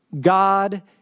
God